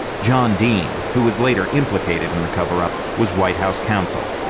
john dean, who was later implicated in the cover up, was white house counsel.